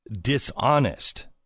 dishonest